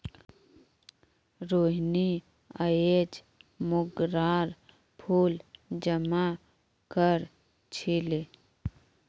रोहिनी अयेज मोंगरार फूल जमा कर छीले